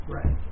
Right